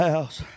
house